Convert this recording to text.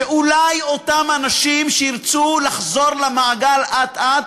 ואולי אותם אנשים שירצו לחזור למעגל אט-אט